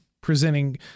presenting